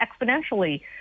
exponentially